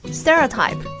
stereotype